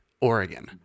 Oregon